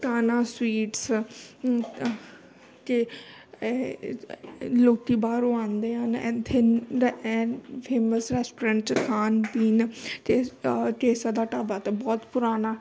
Kanha sweets ਅਮ ਅ ਕਿ ਇਹ ਲੋਕ ਬਾਹਰੋਂ ਆਉਂਦੇ ਹਨ ਇੱਥੇ ਰੈ ਫੇਮਸ ਰੈਸਟੋਰੈਂਟ 'ਚ ਖਾਣ ਪੀਣ ਅਤੇ ਕੇਸਰ ਦਾ ਢਾਬਾ ਤਾਂ ਬਹੁਤ ਪੁਰਾਨਾ